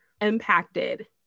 impacted